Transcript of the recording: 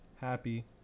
happy